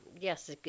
Yes